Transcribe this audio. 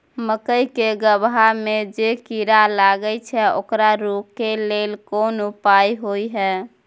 मकई के गबहा में जे कीरा लागय छै ओकरा रोके लेल कोन उपाय होय है?